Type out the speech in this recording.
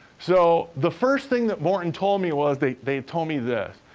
so, the first thing that morton told me was, they they told me this.